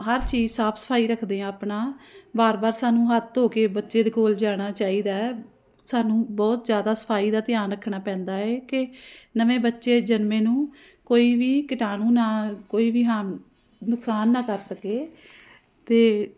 ਹਰ ਚੀਜ਼ ਸਾਫ਼ ਸਫਾਈ ਰੱਖਦੇ ਹਾਂ ਆਪਣਾ ਵਾਰ ਵਾਰ ਸਾਨੂੰ ਹੱਥ ਧੋ ਕੇ ਬੱਚੇ ਦੇ ਕੋਲ ਜਾਣਾ ਚਾਹੀਦਾ ਸਾਨੂੰ ਬਹੁਤ ਜ਼ਿਆਦਾ ਸਫਾਈ ਦਾ ਧਿਆਨ ਰੱਖਣਾ ਪੈਂਦਾ ਹੈ ਕਿ ਨਵੇਂ ਬੱਚੇ ਜਨਮੇ ਨੂੰ ਕੋਈ ਵੀ ਕੀਟਾਣੂ ਨਾ ਕੋਈ ਵੀ ਹਾਂ ਨੁਕਸਾਨ ਨਾ ਕਰ ਸਕੇ ਅਤੇ